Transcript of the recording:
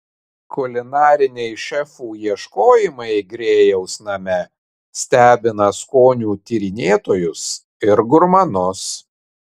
kulinariniai šefų ieškojimai grėjaus name stebina skonių tyrinėtojus ir gurmanus